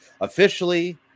officially